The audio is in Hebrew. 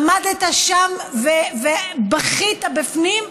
עמדת שם ובכית בפנים,